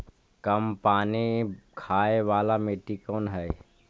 कम पानी खाय वाला मिट्टी कौन हइ?